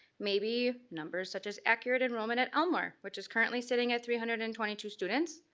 maybe numbers such as accurate enrollment at elmore, which is currently sitting at three hundred and twenty two students.